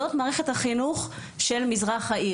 זאת מערכת החינוך של מזרח העיר.